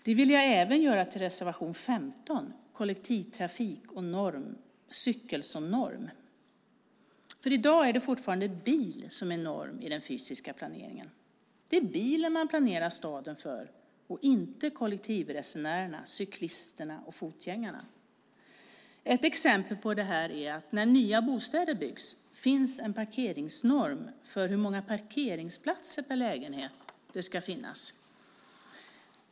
Det vill jag även göra till reservation 15, Kollektivtrafik och cykel som norm. I dag är det fortfarande bil som är norm i den fysiska planeringen. Det är bilen man planerar staden för, inte kollektivresenärerna, cyklisterna och fotgängarna. Ett exempel på det är att det när nya bostäder byggs finns en parkeringsnorm för hur många parkeringsplatser per lägenhet det ska finnas.